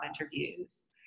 interviews